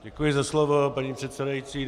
Děkuji za slovo, paní předsedající.